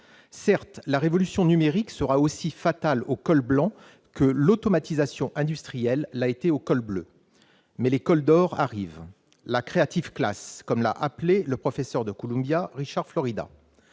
Certes, la révolution numérique sera aussi fatale aux cols blancs que l'automatisation industrielle l'a été aux cols bleus, mais les cols d'or arrivent, la, comme l'a appelée le professeur de Columbia Richard Florida.